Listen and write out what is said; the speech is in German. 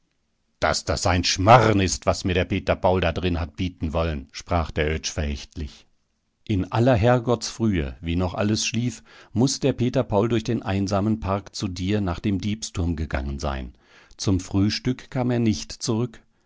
daß das ein schmarren ist was mir der peter paul da drin hat bieten wollen sprach der oetsch verächtlich in aller herrgottsfrühe wie noch alles schlief muß der peter paul durch den einsamen park zu dir nach dem diebsturm gegangen sein zum frühstück kam er nicht zurück